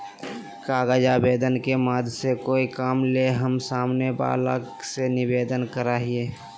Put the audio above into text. कागज आवेदन के माध्यम से कोय काम ले हम सामने वला से निवेदन करय हियय